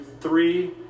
three